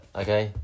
okay